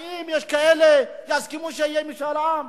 האם יש כאלה שיסכימו שיהיה משאל עם?